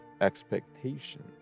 expectations